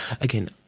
again